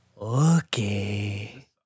Okay